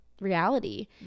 Reality